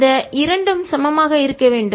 இந்த இரண்டும் சமமாக இருக்க வேண்டும்